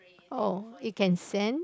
oh it can sense